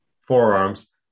forearms